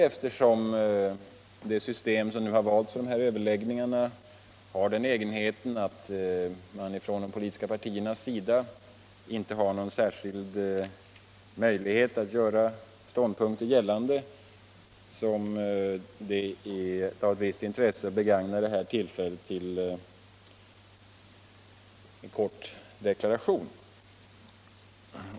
Eftersom det system som nu har valts för överläggningarna har den egenheten att de politiska partierna inte har någon särskild möjlighet att göra ståndpunkter gällande där är det av visst intresse att begagna detta tillfälle för en kort deklaration.